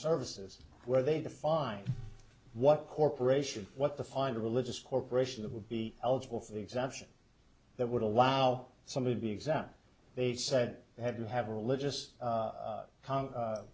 services where they define what corporation what the find a religious corporation that would be eligible for the exemption that would allow somebody to be exempt they said they had to have a religious